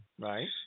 Right